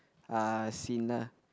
ah seen lah